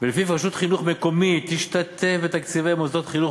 ולפיו רשות חינוך מקומית תשתתף בתקציבי מוסדות חינוך